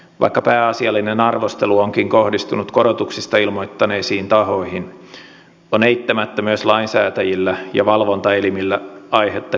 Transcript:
vaikka pääasiallinen arvostelu onkin kohdistunut korotuksista ilmoittaneisiin tahoihin on eittämättä myös lainsäätäjillä ja valvontaelimillä aihetta kehitystyöhön